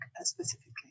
specifically